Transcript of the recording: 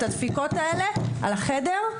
הדפיקות האלה על החדר,